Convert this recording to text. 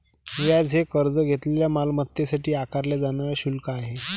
व्याज हे कर्ज घेतलेल्या मालमत्तेसाठी आकारले जाणारे शुल्क आहे